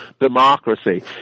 democracy